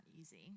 easy